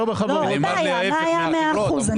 מה היה ה-100 אחוזים?